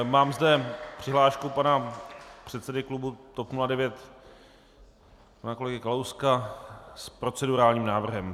Mám zde přihlášku pana předsedy klubu TOP 09 pana kolegy Kalouska s procedurálním návrhem.